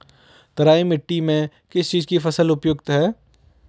तराई मिट्टी में किस चीज़ की फसल उपयुक्त है?